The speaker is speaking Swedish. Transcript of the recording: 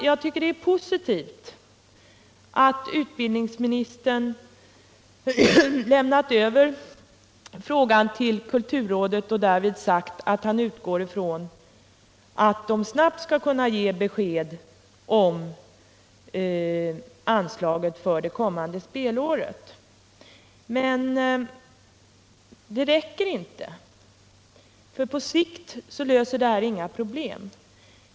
Jag tycker det är positivt att utbildningsministern lämnat över frågan till kulturrådet och därvid sagt att han utgår ifrån att man snabbt skall kunna ge besked om anslaget för det kommande spelåret. Men det räcker inte, för på sikt löser det inga problem.